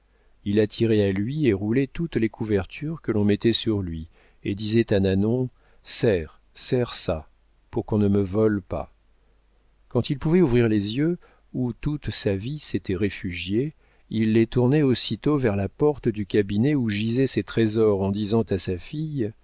il attirait à lui et roulait toutes les couvertures que l'on mettait sur lui et disait à nanon serre serre ça pour qu'on ne me vole pas quand il pouvait ouvrir les yeux où toute sa vie s'était réfugiée il les tournait aussitôt vers la porte du cabinet où gisaient ses trésors en disant à sa fille